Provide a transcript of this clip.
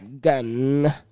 Gun